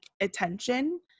attention